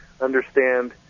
understand